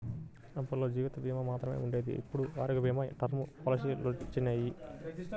అప్పట్లో జీవిత భీమా మాత్రమే ఉండేది ఇప్పుడు ఆరోగ్య భీమా, టర్మ్ పాలసీలొచ్చినియ్యి